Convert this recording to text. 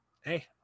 hey